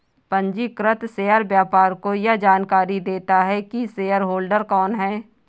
पंजीकृत शेयर व्यापार को यह जानकरी देता है की शेयरहोल्डर कौन है